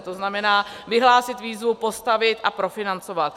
To znamená, vyhlásit výzvu, postavit a profinancovat.